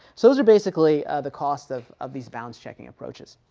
so those are basically the cost of of these bounds checking approaches.